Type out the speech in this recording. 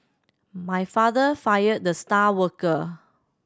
my father fired the star worker